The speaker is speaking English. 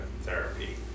therapy